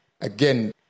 again